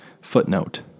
footnote